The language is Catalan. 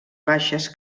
baixes